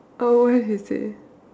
oh he say